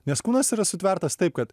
nes kūnas yra sutvertas taip kad